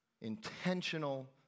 intentional